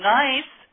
nice